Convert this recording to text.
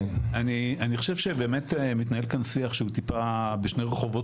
אני חושב שבאמת מתנהל כאן שיח שהוא טיפה בשני רחובות